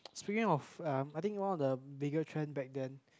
speaking of um I think one of the bigger trend back then